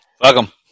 Welcome